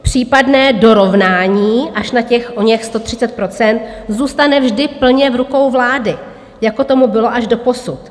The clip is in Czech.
Případné dorovnání až na těch oněch 130 % zůstane vždy plně v rukou vlády, jako tomu bylo až doposud.